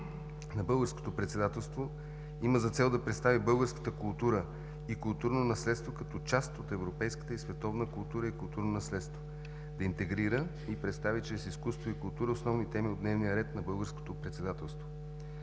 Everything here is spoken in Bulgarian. на Българското председателство има за цел да представи българската култура и културно наследство като част от европейската и световна култура и културно наследство, да интегрира и представи чрез изкуство и култура основни теми от дневния ред на Българското председателство,